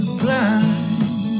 blind